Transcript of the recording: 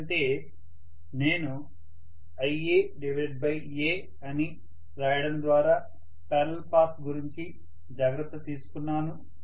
ఎందుకంటే నేను Iaaఅని రాయడం ద్వారా పారలల్ పాత్స్ గురించి జాగ్రత్త తీసుకున్నాను